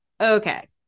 okay